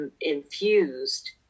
infused